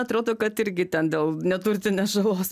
atrodo kad irgi ten dėl neturtinės žalos